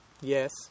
Yes